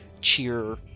Cheer